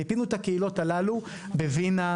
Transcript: מיפינו את הקהילות הללו בווינה,